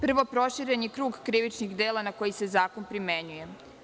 Prvo, proširen je krug krivičnih dela na koji se zakon primenjuje.